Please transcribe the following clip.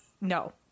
No